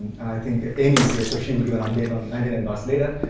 and i think emmy is here, so she will give an update on ninety nine dots later.